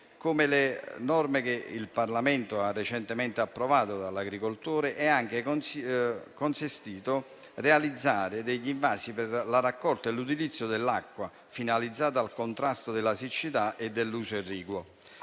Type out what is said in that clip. Le norme che il Parlamento ha recentemente approvato consentono agli agricoltori di realizzare degli invasi per la raccolta e l'utilizzo dell'acqua, finalizzati al contrasto della siccità e all'uso irriguo.